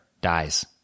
Dies